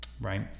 right